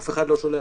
אף אחד לא שולח